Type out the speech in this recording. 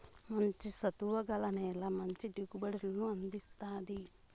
మంచి సత్తువ గల నేల మంచి దిగుబడులను అందిస్తాది